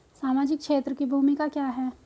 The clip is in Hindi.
सामाजिक क्षेत्र की भूमिका क्या है?